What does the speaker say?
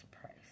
Price